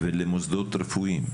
ולמוסדות רפואיים.